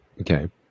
Okay